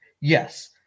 Yes